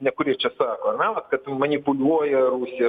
ne kurie čia sako ar ne vat kad manipuliuoja rusija